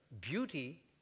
beauty